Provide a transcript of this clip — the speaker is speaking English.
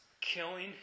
killing